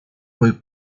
poi